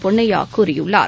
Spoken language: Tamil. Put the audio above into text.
பொன்னையா கூறியுள்ளார்